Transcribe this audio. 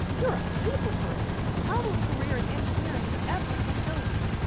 you're a people person. how will a career in engineering ever fulfill you?